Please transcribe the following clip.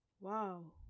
Wow